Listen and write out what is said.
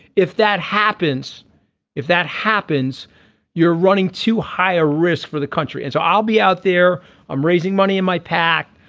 if that happens if that happens you're running to higher risk for the country. and so i'll be out there i'm raising money in my pac.